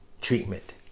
treatment